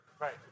Right